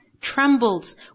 trembles